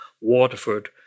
Waterford